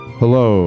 hello